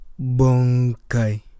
Bonkai